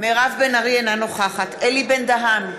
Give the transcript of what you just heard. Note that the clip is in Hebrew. אינה נוכחת אלי בן-דהן,